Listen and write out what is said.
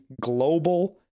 global